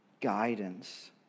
guidance